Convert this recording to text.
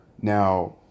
Now